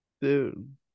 Dude